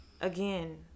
Again